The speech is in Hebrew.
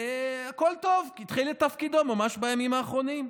והכול טוב, התחיל את תפקידו ממש בימים האחרונים.